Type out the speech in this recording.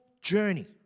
journey